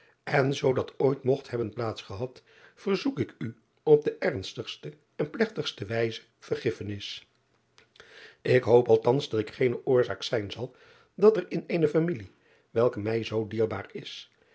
en zoo dat ooit mogt hebben plaats gehad verzoek ik u op de ernstigste en plegtigste wijze vergiffenis k hoop althans dat ik geene oorzaak zijn zal dat er in eene familie welke mij zoo dierbaar is